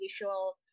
usual